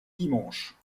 dimanches